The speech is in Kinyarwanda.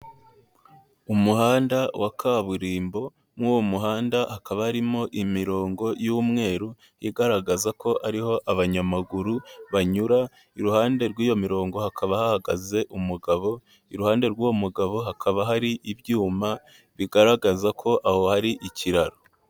Umuhanda wa kaburimbo, mu uwo muhanda hakaba arimo imirongo y'umweru igaragaza ko ariho abanyamaguru banyura, iruhande rw'iyo mirongo hakaba hahagaze umugabo, iruhande rw'uwo mugabo hakaba hari ibyuma bigaragaza ko aho hari ikiraro.